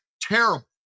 Terrible